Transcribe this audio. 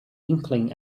inkling